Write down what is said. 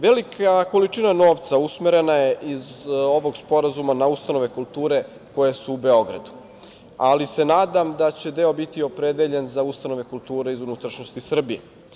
Velika količina novca usmerena je iz ovog sporazuma na ustanove kulture koje su u Beogradu, ali se nadam da će deo biti opredeljen za ustanove kulture iz unutrašnjosti Srbije.